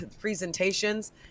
presentations